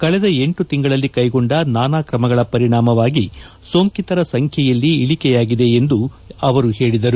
ಕಳೆದ ಎಂಟು ತಿಂಗಳಲ್ಲಿ ಕೈಗೊಂಡ ನಾನಾ ಕ್ರಮಗಳ ಪರಿಣಾಮವಾಗಿ ಸೋಂಕಿತರ ಸಂಖ್ಯೆಯಲ್ಲಿ ಇಳಿಕೆಯಾಗಿದೆ ಎಂದು ಹೇಳಿದರು